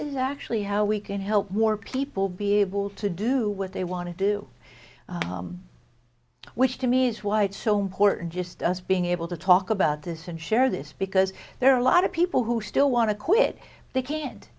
is actually how we can help more people be able to do what they want to do which to me is why it's so important just us being able to talk about this and share this because there are a lot of people who still want to quit they can't